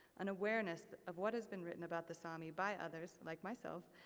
an awareness of what has been written about the sami by others, like myself,